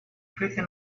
pretty